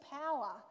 power